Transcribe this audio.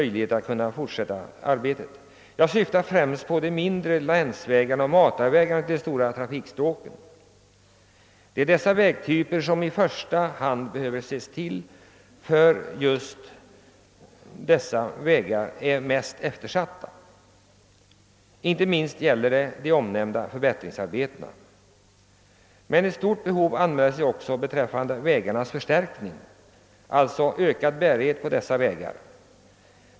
Jag syftar främst på de mindre länsvägarna och matarvägarna till de större trafikstråken. Det är dessa vägtyper som i första hand behöver ses till, ty just de är mest eftersatta. Inte minst gäller det de omnämnda förbättringsarbetena. Även ett stort behov anmäler sig också i fråga om vägarnas förstärkning, d.v.s. en ökad bärighet.